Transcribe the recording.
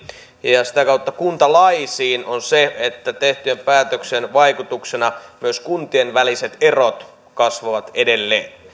ja ja sitä kautta kuntalaisiin on se että tehtyjen päätöksien vaikutuksena myös kuntien väliset erot kasvavat edelleen